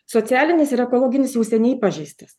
socialinis ir ekologinis užsienyje pažeistas